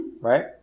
right